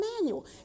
manual